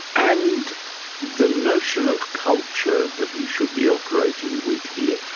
and the notion of culture that we should be operating with here.